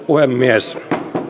puhemies